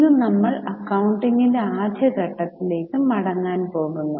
ഇന്ന് നമ്മൾ അക്കൌണ്ടിങ്ങിന്റെ ആദ്യ ഘട്ടത്തിലേക്ക് മടങ്ങാൻ പോകുന്നു